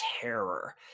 terror